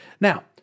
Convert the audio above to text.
Now